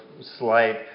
slight